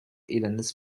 elendes